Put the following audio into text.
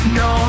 no